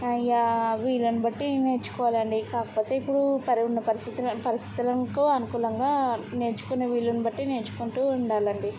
ఇక వీళ్ళని బట్టి నేర్చుకోవాలి అండి కాకపోతే ఇప్పుడు పరువున్న పరిస్థితులను పరిస్థితులకి అనుకూలంగా నేర్చుకొనే వీలుని బట్టి నేర్చుకుంటూ ఉండాలి అండి